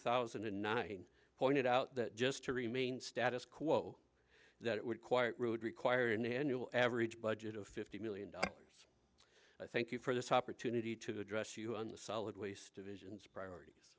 thousand and nine pointed out that just to remain status quo that it would quiet road require an annual average budget of fifty million dollars i thank you for this opportunity to address you on the solid waste of asians priorities